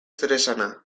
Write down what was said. zeresana